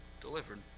delivered